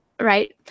Right